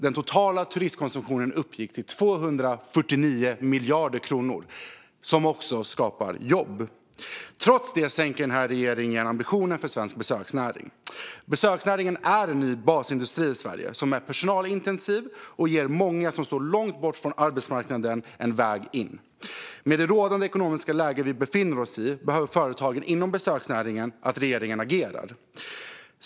Den totala turismkonsumtionen uppgår till 249 miljarder kronor, och turismen skapar också jobb. Trots det sänker regeringen ambitionen för svensk besöksnäring. Denna nya basindustri i Sverige är personalintensiv och ger många som står långt från arbetsmarknaden en väg in. I det rådande ekonomiska läget behöver företagen inom besöksnäringen att regeringen agerar.